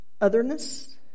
otherness